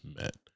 met